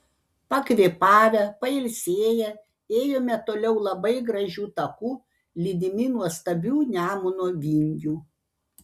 pakvėpavę pailsėję ėjome toliau labai gražiu taku lydimi nuostabių nemuno vingių